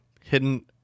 hidden